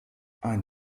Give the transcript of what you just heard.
ein